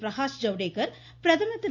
பிரகாஷ் ஜவ்தேக்கர் பிரதமர் திரு